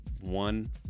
one